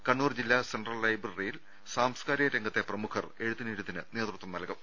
കണ്ണൂർ ജില്ലാ സെൻട്രൽ ലൈബ്രറിയിൽ സാംസ്കാരിക രംഗത്തെ പ്രമുഖർ എഴുത്തിനിരുത്തിന് നേതൃത്വം നൽകും